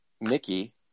Mickey